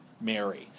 Mary